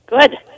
Good